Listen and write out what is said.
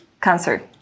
cancer